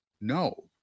No